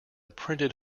printed